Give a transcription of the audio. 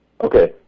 Okay